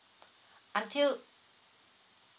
until